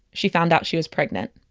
she found out she was pregnant.